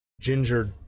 Ginger